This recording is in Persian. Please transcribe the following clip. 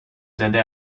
زده